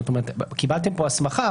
זאת אומרת קיבלתם פה הסכמה,